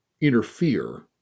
interfere